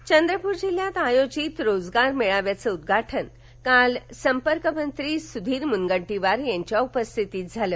रोजगार चंद्रपूर जिल्ह्यात आयोजित रोजगार मेळाव्याचं उद्घाटन काल संपर्क मंत्री सुधीर मुनगंटीवार यांच्या उपस्थितीत झालं